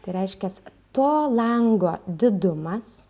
tai reiškias to lango didumas